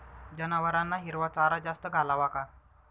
जनावरांना हिरवा चारा जास्त घालावा का?